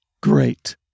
Great